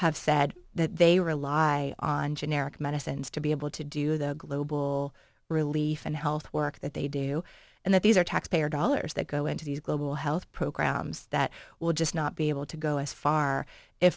have said that they rely on generic medicines to be able to do the global relief and health work that they do and that these are taxpayer dollars that go into these global health programs that will just not be able to go as far